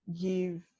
give